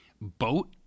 boat